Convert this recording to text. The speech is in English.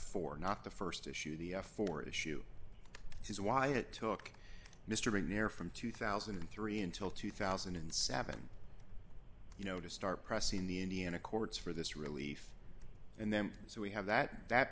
for not the st issue the four issue is why it took mr bringuier from two thousand and three until two thousand and seven you know to start pressing the indiana courts for this relief and then so we have that that